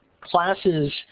classes